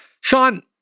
Sean